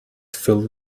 filled